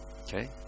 Okay